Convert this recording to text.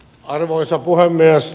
arvoisa puhemies